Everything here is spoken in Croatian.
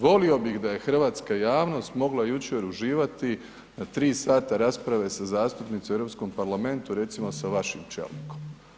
Volio bih da je hrvatska javnost mogla jučer uživati tri sata rasprave sa zastupnicima u Europskom parlamentu recimo sa vašim čelnikom.